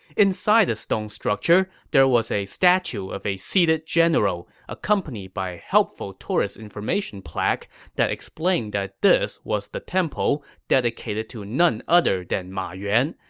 inside the stone structure, there was a statue of a seated general, accompanied by a helpful tourist information plaque that explained that this was a temple dedicated to none other than ma yuan,